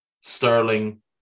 Sterling